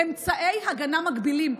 אמצעי הגנה מגבילים).